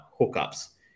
hookups